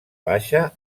baixa